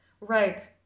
Right